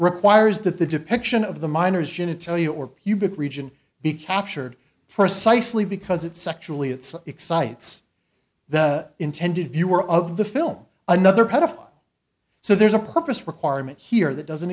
requires that the depiction of the minors genitalia or pubic region be captured precisely because it's sexually it's excites the intended viewer of the film another pedophile so there's a purpose requirement here that doesn't